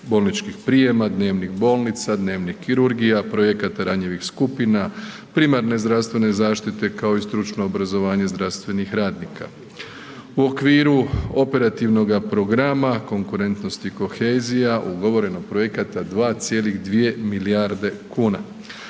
bolničkih prijema, dnevnih bolnica, dnevnih kirurgija, projekata ranjivih skupina, primarne zdravstvene zaštite, kao i stručno obrazovanje zdravstvenih radnika. U okviru operativnoga programa konkurentnosti i kohezija ugovoreno projekata 2,2 milijarde kuna.